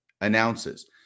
announces